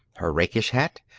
her rakish hat,